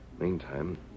Meantime